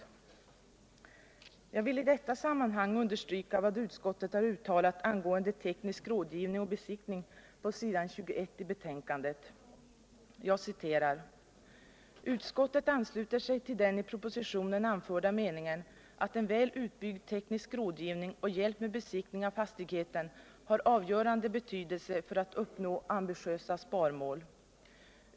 "Utskottet ansluter sig till den i propositionen anförda meningen att en väl utbyggd teknisk rådgivning och hjälp med besiktning av fastigheten har avgörande betydetse för att uppnå ambitiösa sparmål.